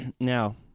Now